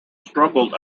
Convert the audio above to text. struggled